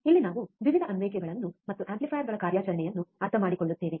ಇಲ್ಲಿ ನಾವು ವಿವಿಧ ಅನ್ವಯಿಕೆಗಳನ್ನು ಮತ್ತು ಆಂಪ್ಲಿಫೈಯರ್ಗಳ ಕಾರ್ಯಾಚರಣೆಯನ್ನು ಅರ್ಥಮಾಡಿಕೊಳ್ಳುತ್ತೇವೆ